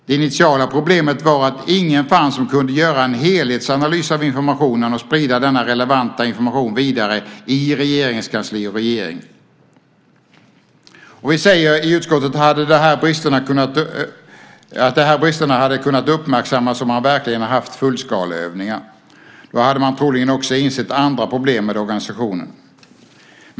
Det initiala problemet var att ingen fanns som kunde göra en helhetsanalys av informationen och sprida denna relevanta information vidare i regeringskansli och regering. Vi säger i utskottet att de här bristerna hade kunnat uppmärksammas om man verkligen hade haft fullskaleövningar. Då hade man troligen också insett andra problem med organisationen.